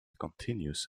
continues